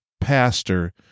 pastor—